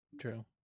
True